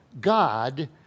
God